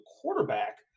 quarterback